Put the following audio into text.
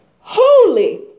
Holy